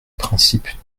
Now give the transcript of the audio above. principe